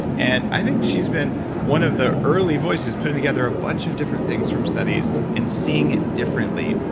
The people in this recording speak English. and i think she's been one of the early voices putting together a bunch of different things from studies and seeing it differently.